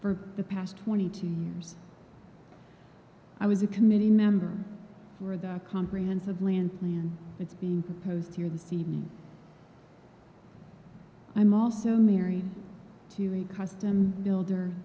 for the past twenty two years i was a committee member for the comprehensive lansley and it's being proposed here this evening i'm also married to a custom builder